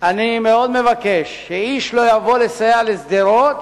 אני מאוד מבקש שאיש לא יבוא לסייע לשדרות